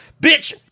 bitch